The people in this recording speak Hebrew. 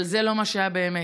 אבל זה לא מה שהיה באמת.